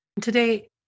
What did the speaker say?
Today